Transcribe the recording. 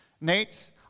Nate